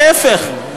להפך,